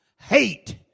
hate